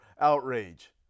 outrage